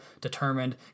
determined